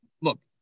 look